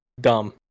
dumb